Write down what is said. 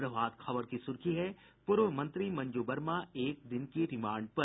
प्रभात खबर की सुर्खी है पूर्व मंत्री मंजू वर्मा एक दिन की रिमांड पर